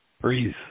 breathe